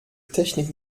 technik